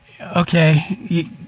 Okay